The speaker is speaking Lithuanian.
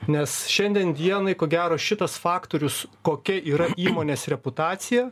nes šiandien dienai ko gero šitas faktorius kokia yra įmonės reputacija